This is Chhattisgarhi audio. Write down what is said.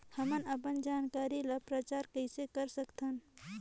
हमन अपन जानकारी ल प्रचार कइसे कर सकथन?